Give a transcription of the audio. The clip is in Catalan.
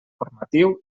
formatiu